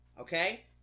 okay